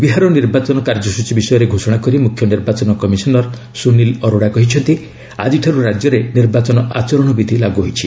ବିହାର ନିର୍ବାଚନ କାର୍ଯ୍ୟସ୍ତୀ ବିଷୟରେ ଘୋଷଣା କରି ମୁଖ୍ୟ ନିର୍ବାଚନ କମିଶନର୍ ସୁନିଲ୍ ଅରୋଡା କହିଛନ୍ତି ଆଜିଠାରୁ ରାଜ୍ୟରେ ନିର୍ବାଚନ ଆଚରଣ ବିଧି ଲାଗୁ ହୋଇଛି